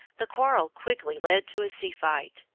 the quarrel quickly led to a sea fight,